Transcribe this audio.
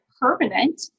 permanent